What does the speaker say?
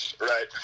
Right